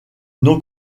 non